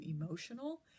emotional